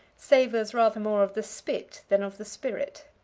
savors rather more of the spit than of the spirit.